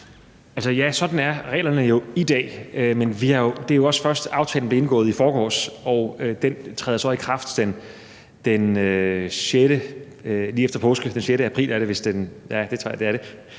Ja, sådan er reglerne jo i dag. Men aftalen blev indgået i forgårs, og den træder i kraft den 6. april,